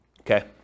Okay